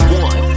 one